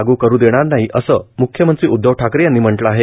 लागू करू देणार नाही असं मूख्यमंत्री उदधव ठाकरे यांनी म्हटलं आहे